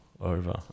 over